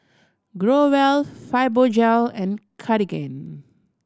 Growell Fibogel and Cartigain